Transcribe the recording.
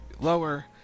lower